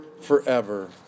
forever